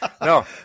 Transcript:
No